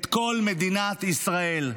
את כל מדינת ישראל.